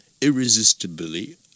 irresistibly